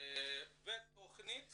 בתכנית